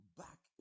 back